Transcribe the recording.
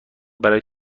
برای